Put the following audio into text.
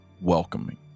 welcoming